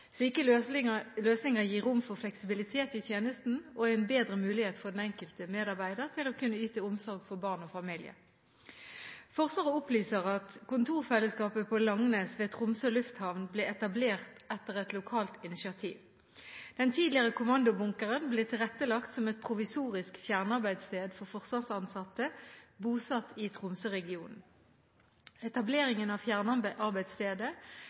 Slike løsninger gir rom for fleksibilitet i tjenesten og en bedre mulighet for den enkelte medarbeider til å kunne yte omsorg for barn og familie. Forsvaret opplyser at kontorfellesskapet på Langnes ved Tromsø lufthavn ble etablert etter et lokalt initiativ. Den tidligere kommandobunkeren ble tilrettelagt som et provisorisk fjernarbeidssted for forsvarsansatte bosatt i Tromsøregionen.